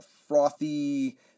frothy